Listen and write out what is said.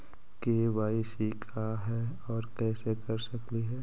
KYC का है, और कैसे कर सकली हे?